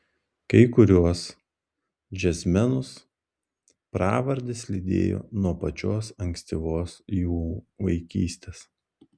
kai kuriuos džiazmenus pravardės lydėjo nuo pačios ankstyvos jų vaikystės